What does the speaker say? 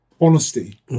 honesty